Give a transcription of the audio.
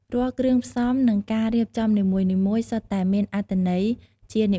រាល់គ្រឿងផ្សំ និងការរៀបចំនីមួយៗសុទ្ធតែមានអត្ថន័យជានិមិត្តរូបក្នុងការនាំមកនូវសេចក្តីសុខ និងភាពសិរីសួស្តី។